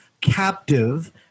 captive